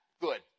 Good